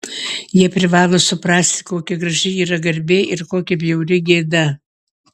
jie privalo suprasti kokia graži yra garbė ir kokia bjauri gėda